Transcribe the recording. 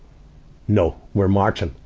no, we're marching.